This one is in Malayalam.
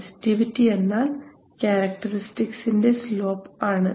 സെൻസിറ്റിവിറ്റി എന്നാൽ ക്യാരക്ടറിസ്റ്റിക്സിന്റെ സ്ലോപ് ആണ്